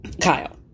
Kyle